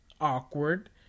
awkward